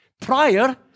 prior